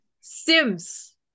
Sims